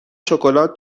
شکلات